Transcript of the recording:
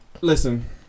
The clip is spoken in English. listen